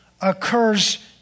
occurs